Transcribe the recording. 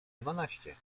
dwanaście